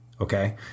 okay